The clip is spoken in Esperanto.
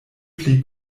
pli